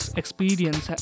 experience